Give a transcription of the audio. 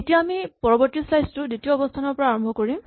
এতিয়া আমি পৰৱৰ্তী স্লাইচ টো দ্বিতীয় অৱস্হানৰ পৰা আৰম্ভ কৰিম